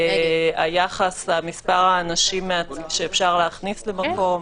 מספר האנשים שאפשר למקום,